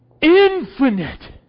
infinite